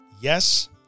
Yes